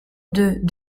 deux